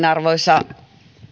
arvoisa